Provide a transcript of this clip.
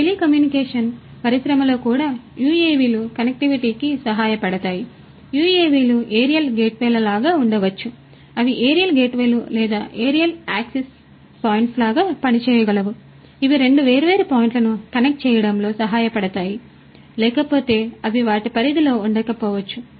telecommunication పరిశ్రమలో కూడా యుఎవిలు కనెక్టివిటీకి సహాయపడతాయి యుఎవిలు ఏరియల్ గేట్వేల లాగా ఉండవచ్చు అవి ఏరియల్ గేట్వేలు లేదా ఏరియల్ యాక్సెస్ పాయింట్స్ లాగా పనిచేయగలవు ఇవి రెండు వేర్వేరు పాయింట్లను కనెక్ట్ చేయడంలో సహాయపడతాయి లేకపోతే అవి వాటి పరిధిలో ఉండకపోవచ్చు